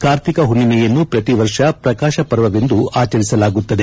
ಕಾರ್ತಿಕ ಹುಣ್ಣಿಮೆಯನ್ನು ಪ್ರತಿವರ್ಷ ಪ್ರಕಾಶಪರ್ವವೆಂದು ಆಚರಿಸಲಾಗುತ್ತದೆ